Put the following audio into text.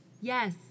Yes